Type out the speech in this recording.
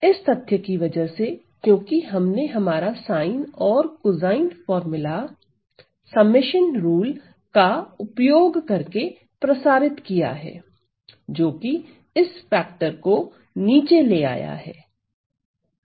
इस तथ्य की वजह से क्योंकि हमने हमारा साइन और कोसाइन फार्मूला समेशन रूल का उपयोग करके प्रसारित किया है जो की इस फैक्टर को नीचे ले आया है